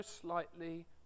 slightly